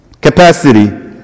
capacity